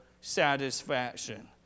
satisfaction